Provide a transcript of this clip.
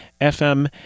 FM